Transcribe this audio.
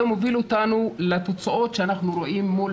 זה מוביל אותנו לתוצאות שאנחנו רואים מול